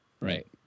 right